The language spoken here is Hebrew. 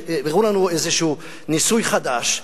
הראו לנו איזה ניסוי חדש,